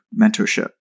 mentorship